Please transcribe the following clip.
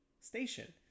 station